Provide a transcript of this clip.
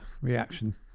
reaction